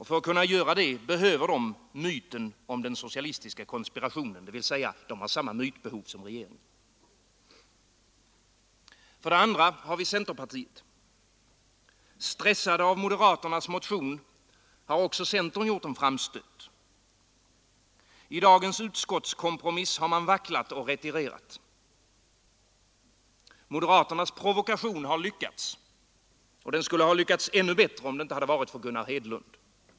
För att kunna göra det behöver de myten om den socialistiska konspirationen, dvs. de har samma mytbehov som regeringen. För det andra ha vi centerpartiet. Stressade av moderaternas motion har också centern gjort en framstöt. I dagens utskottskompromiss har man vacklat och retirerat. Moderaternas provokation har lyckats, och den skulle ha lyckats ännu bättre om det inte varit för Gunnar Hedlund.